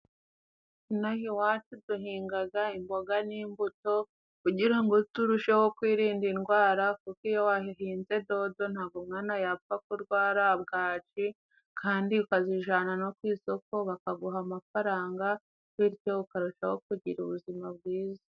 Inaha iwacu duhingaga imboga n'imbuto kugira ngo turusheho kwirinda indwara, kuko iyo wahinze dodo ntagwo umwana yapfa kurwara bwaki kandi ukazijana no ku isoko bakaguha amafaranga ,bityo ukarushaho kugira ubuzima bwiza.